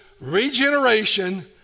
regeneration